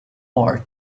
more